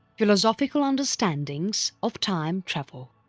philosophical understandings of time travel